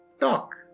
talk